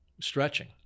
stretching